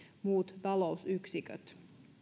muut talousyksiköt